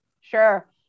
Sure